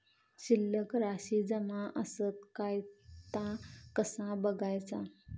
शिल्लक राशी जमा आसत काय ता कसा बगायचा?